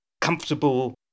comfortable